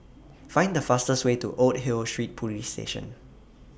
Find The fastest Way to Old Hill Street Police Station